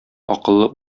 акыллы